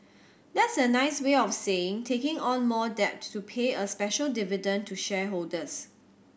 that's a nice way of saying taking on more debt to pay a special dividend to shareholders